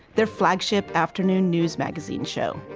their flagship afternoon news magazine show.